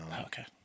Okay